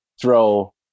throw